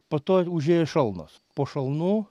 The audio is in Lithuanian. po to užėjo šalnos po šalnų